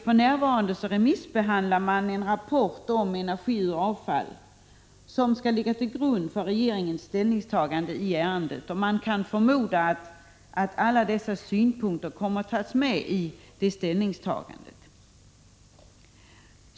För närvarande remissbehandlas en rapport om energi och avfall, vilken skall ligga till grund för regeringens ställningstagande i ärendet. Man kan förmoda att alla olika synpunkter kommer att tas med i detta ställningstagande.